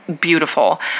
Beautiful